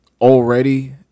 already